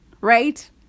Right